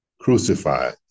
crucified